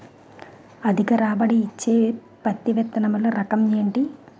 అధిక రాబడి ఇచ్చే పత్తి విత్తనములు రకం ఏంటి?